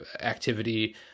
activity